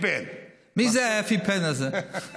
מי זה האפי פן הזה?